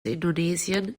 indonesien